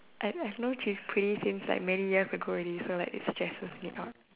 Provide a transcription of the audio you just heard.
I don't know like she's pretty since many years ago so it stresses me